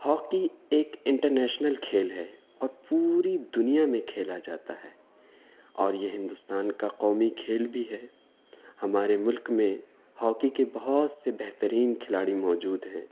hockey ایک international کھیل ہے اور پوری دنیا میں کھیلا جاتا ہے اور یہ ہندوستان کا قومی کھیل بھی ہے ہمارے ملک میں ہاکی کے بہت سے بہترین کھلاڑی موجود ہیں